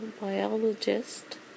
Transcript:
biologist